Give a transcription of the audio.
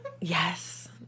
Yes